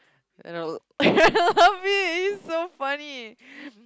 a bit it's so funny